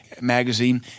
magazine